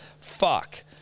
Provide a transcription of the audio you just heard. fuck